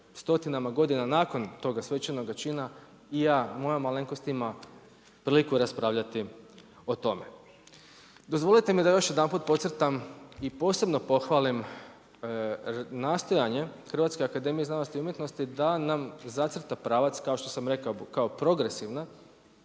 stotinama godina nakon toga svečanoga čina i ja, moja malenkost ima priliku raspravljati o tome. Dozvolite mi da još jedanput podcrtam i posebno pohvalim nastojanje HAZU da nam zacrta pravac kao što sam rekao, kao progresivna